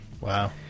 Wow